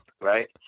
Right